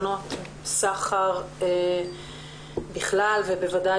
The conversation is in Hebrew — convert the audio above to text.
על סדר-היום: מעמדן של נשים קורבנות סחר, בדגש